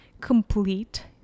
Complete